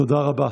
תודה רבה.